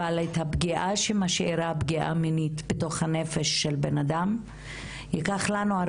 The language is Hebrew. אבל את הפגיעה בנפש של בן אדם שמשאירה פגיעה מינית,